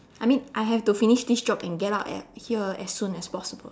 I mean I have to finish this job and get out at here as soon as possible